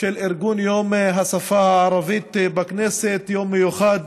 של ארגון יום השפה הערבית בכנסת, יום מיוחד,